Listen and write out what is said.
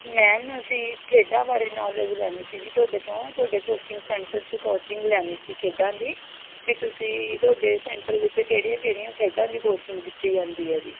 ma'am ਅਸੀਂ ਖੇਡਾਂ ਬਾਰੇ ਨੌਲੇਜ ਲੈਣੀ ਸੀ ਜੀ ਤੁਹਡੇ ਤੋਂ ਤੁਹਾਡੇ ਕੋਚਿੰਗ ਸੈਂਟਰ 'ਚ ਕੋਚਿੰਗ ਲੈਣੀ ਸੀ ਖੇਡਾਂ ਦੀ ਵੀ ਤੁਸੀਂ ਤੁਹਾਡੇ ਸੈਂਟਰ ਵਿੱਚ ਕਿਹੜੀਆਂ ਕਿਹੜੀਆਂ ਖੇਡਾਂ ਦੀ ਕੋਚਿੰਗ ਦਿੱਤੀ ਜਾਂਦੀ ਹੈ ਜੀ